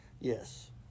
Yes